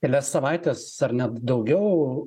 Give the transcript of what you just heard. kelias savaites ar net daugiau